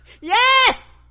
yes